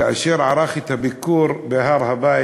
כאשר הוא ערך את הביקור בהר-הבית,